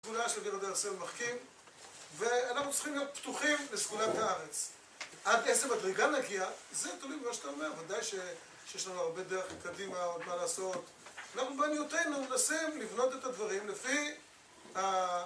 זכוניה של גיר הדרך-סיום מחכים, ואנחנו צריכים להיות פתוחים לזכונת הארץ. עד איזה בדרגה נגיע, זה תלוי ממה שאתה אומר. ודאי שיש לנו הרבה דרך קדימה, עוד מה לעשות. אנחנו בניותנו מנסים לבנות את הדברים לפי...